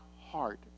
heart